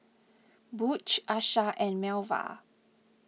Butch Asha and Melva